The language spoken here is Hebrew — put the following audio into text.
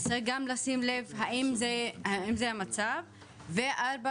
אז צריך גם לשים לב האם זה המצב ודבר רביעי,